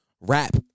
rap